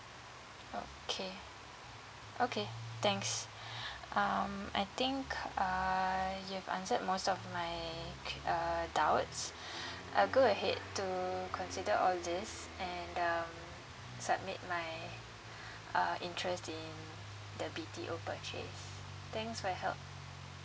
okay okay thanks um I think err you have answered most of my que~ uh doubts I'll go ahead to consider all this and um submit my uh interest in the B_T_O purchase thanks for your help